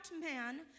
man